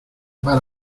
para